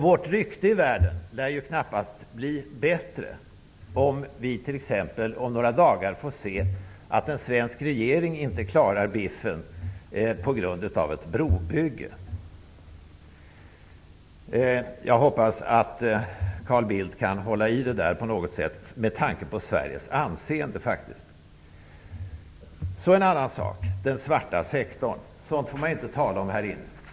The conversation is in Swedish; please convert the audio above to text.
Vårt rykte i världen lär knappast bli bättre om vi t.ex. om några dagar får se att en svensk regering inte klarar biffen på grund av ett brobygge. Jag hoppas att Carl Bildt kan hålla i det på något sätt, med tanke på Sveriges anseende. Den svarta sektorn får man ju inte tala om här i kammaren.